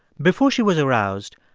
before she was aroused,